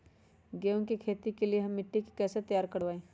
गेंहू की खेती के लिए हम मिट्टी के कैसे तैयार करवाई?